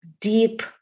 deep